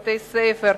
בתי-ספר,